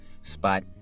spot